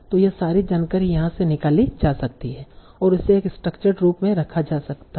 तो यह सारी जानकारी यहाँ से निकाली जा सकती है और इसे एक स्ट्रक्चरड रूप में रखा जा सकता है